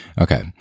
Okay